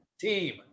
Team